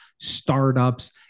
startups